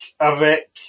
avec